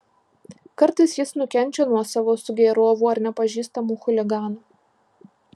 kartais jis nukenčia nuo savo sugėrovų ar nepažįstamų chuliganų